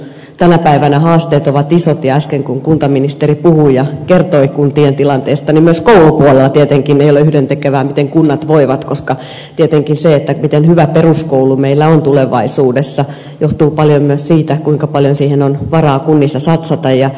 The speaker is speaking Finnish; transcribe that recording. tänä päivänä haasteet ovat isot ja äsken kun kuntaministeri puhui ja kertoi kuntien tilanteesta myöskään koulupuolella tietenkään ei ole yhdentekevää miten kunnat voivat koska tietenkin se miten hyvä peruskoulu meillä on tulevaisuudessa johtuu paljon myös siitä kuinka paljon siihen on varaa kunnissa satsata